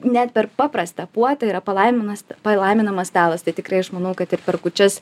net per paprastą puotą yra palaiminus palaiminamas stalas tai tikrai aš manau kad ir per kūčias